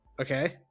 Okay